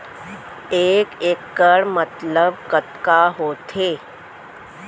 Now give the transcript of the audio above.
एक इक्कड़ मतलब कतका होथे?